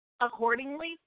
accordingly